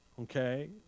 Okay